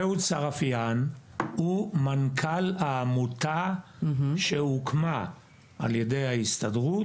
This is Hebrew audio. אהוד סרפיאן הוא מנכ"ל העמותה שהוקמה על ידי ההסתדרות,